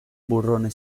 burrone